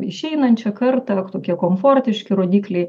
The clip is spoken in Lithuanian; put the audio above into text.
išeinančią kartą tokie komfortiški rodikliai